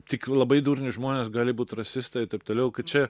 tik labai durni žmonės gali būt rasistai taip toliau čia